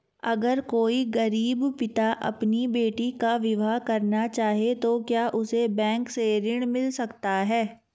अगर कोई गरीब पिता अपनी बेटी का विवाह करना चाहे तो क्या उसे बैंक से ऋण मिल सकता है?